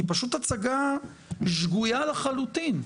היא פשוט הצגה שגויה לחלוטין.